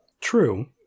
True